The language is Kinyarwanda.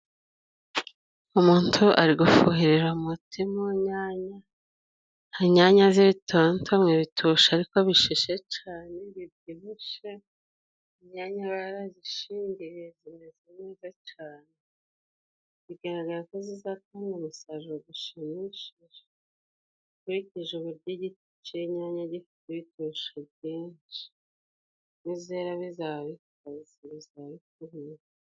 Umutu ari gufuhirira umuti mu nyanya. Inyanya z'ibitontome, ibitusha ariko bishishe cane bibyibushe. Inyanya barazishingiriye zimeze neza cane. Bigaragara ko zizatanga umusaruro gushimishije nkurikije uburyo igiti c'inyanya gifite ibitusha byinshi. Nizera biza,..